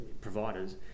providers